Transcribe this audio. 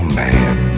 man